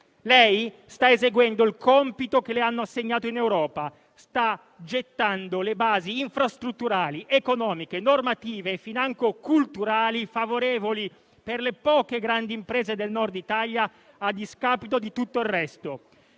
lei sta eseguendo il compito che le hanno assegnato in Europa; sta gettando le basi infrastrutturali, economiche, normative e financo culturali favorevoli alle poche grandi imprese del Nord Italia a discapito di tutto il resto.